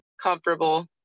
comparable